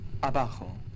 abajo